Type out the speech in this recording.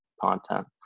content